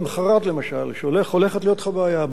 שלמחרת למשל הולכת להיות לך בעיה,